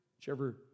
whichever